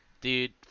dude